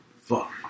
Fuck